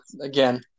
Again